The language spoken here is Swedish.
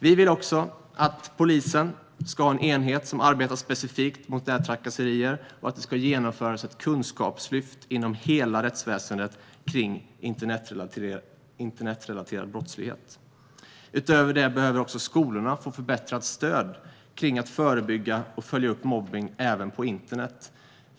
Vi vill också att polisen ska ha en enhet som arbetar specifikt mot nättrakasserier och att det genomförs ett kunskapslyft inom hela rättsväsendet om internetrelaterad brottslighet. Utöver det behöver skolorna få förbättrat stöd för att förebygga och följa upp mobbning även på internet.